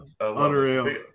Unreal